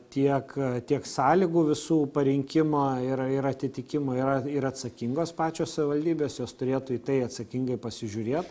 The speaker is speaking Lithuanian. tiek tiek sąlygų visų parinkimo yra ir atitikimo yra ir atsakingos pačios savivaldybės jos turėtų į tai atsakingai pasižiūrėt